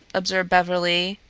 observed beverly,